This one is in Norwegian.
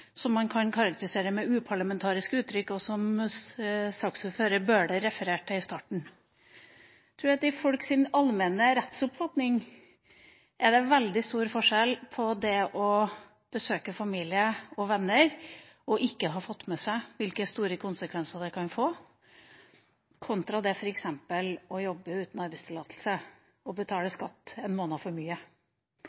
som man karakterisere med uparlamentariske uttrykk – som saksordføreren, Bøhler, refererte til i starten. Jeg tror at det oppfattes ganske annerledes. Jeg tror at når det gjelder folks allmenne rettsoppfatning, er det veldig stor forskjell på det å besøke familie og venner og ikke å ha fått med seg hvilke store konsekvenser det kan få, kontra f.eks. det å jobbe uten arbeidstillatelse og betale